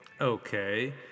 Okay